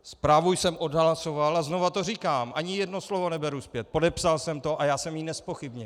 Zprávu jsem odhlasoval a znovu to říkám, ani jedno slovo neberu zpět, podepsal jsem to a já jsem ji nezpochybnil.